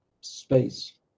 space